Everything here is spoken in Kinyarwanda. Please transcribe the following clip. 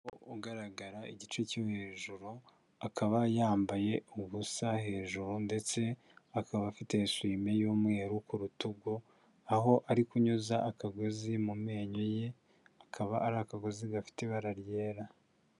Umukobwa ugaragara igice cyo hejuru, akaba yambaye ubusa hejuru ndetse akaba afite esume y'umweru ku rutugu, aho ari kunyuza akagozi mu menyo ye, akaba ari akagozi gafite ibara ryera.